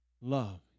Love